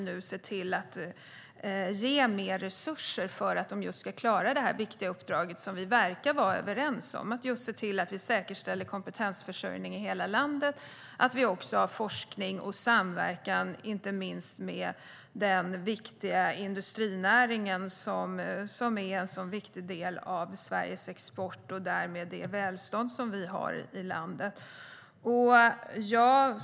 Nu ger vi mer resurser till dem för att de ska klara det viktiga uppdraget, som vi verkar vara överens om, att säkerställa kompetensförsörjningen i hela landet och ha forskning och samverkan, inte minst med industrinäringen, som är en viktig del av Sveriges export och därmed det välstånd vi har i landet.